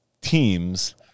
teams